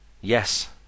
Yes